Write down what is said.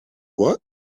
what